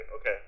Okay